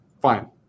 fine